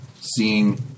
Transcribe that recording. Seeing